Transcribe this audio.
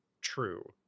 True